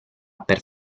per